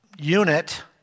unit